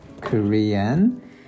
Korean